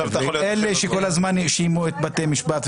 אלה שכל הזמן האשימו את בתי המשפט,